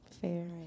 Fair